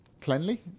Cleanly